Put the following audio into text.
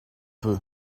peu